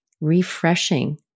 refreshing